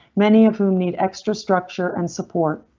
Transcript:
many of whom need extra structure and support.